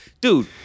Dude